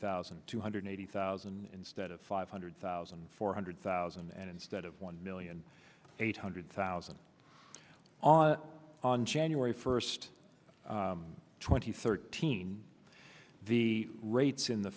thousand two hundred eighty thousand instead of five hundred thousand four hundred thousand and instead of one million eight hundred thousand on january first twenty thirteen the rates in the